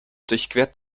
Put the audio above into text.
durchquert